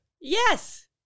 Yes